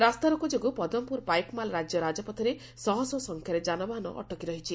ରାସ୍ତାରୋକୋ ଯୋଗୁଁ ପଦ୍ମପୁର ପାଇକମାଲ ରାଜ୍ୟ ରାଜପଥରେ ଶହ ଶହ ସଂଖ୍ୟାରେ ଯାନବାହାନ ଅଟକି ରହିଛି